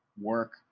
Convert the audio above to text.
work